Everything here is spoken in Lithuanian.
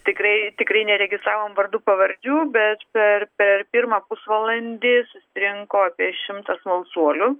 tikrai tikrai neregistravome vardų pavardžių bet per per pirmą pusvalandį susirinko apie šimtą smalsuolių